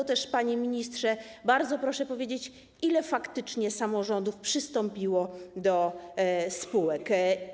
Dlatego też, panie ministrze, bardzo proszę powiedzieć, ile faktycznie samorządów przystąpiło do spółek.